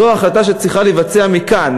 זו החלטה שצריכה להתקבל כאן,